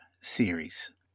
series